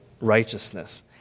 righteousness